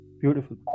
Beautiful